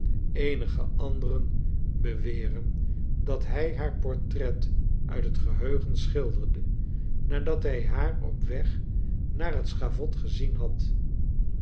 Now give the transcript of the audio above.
eenige anderen beweren dat hij haar portret uit het geheugen schilderde nadat hij haar op weg naar het schavot gezien had